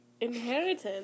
Inheritance